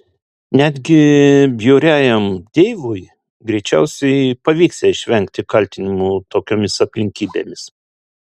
netgi bjauriajam deivui greičiausiai pavyksią išvengti kaltinimų tokiomis aplinkybėmis